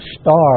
star